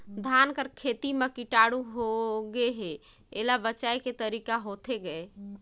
धान कर खेती म कीटाणु होगे हे एला बचाय के तरीका होथे गए?